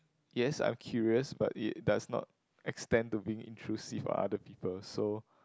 yes I'm curious but it does not extend to being intrusive other people so